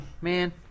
Man